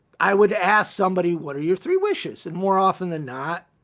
i would ask somebody, what are your three wishes? and more often than not,